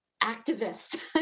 activist